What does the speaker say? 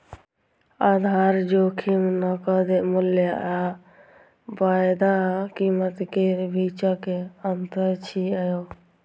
आधार जोखिम नकद मूल्य आ वायदा कीमत केर बीचक अंतर छियै